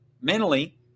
Mentally